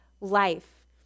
life